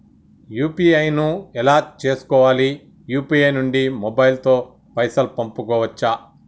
UPI ను ఎలా చేస్కోవాలి యూ.పీ.ఐ నుండి మొబైల్ తో పైసల్ పంపుకోవచ్చా?